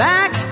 Back